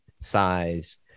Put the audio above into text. size